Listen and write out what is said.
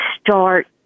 start